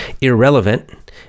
irrelevant